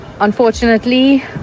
Unfortunately